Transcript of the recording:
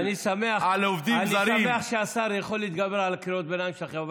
אני שמח שהשר יכול להתגבר על קריאות הביניים שלכם,